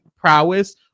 prowess